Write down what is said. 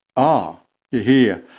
oh you're here,